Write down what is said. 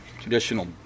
traditional